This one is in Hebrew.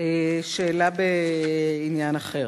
שאלה בעניין אחר: